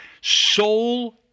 soul